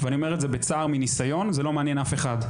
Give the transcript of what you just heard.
ואני אומר את זה בצער מניסיון - זה לא מעניין אף אחד.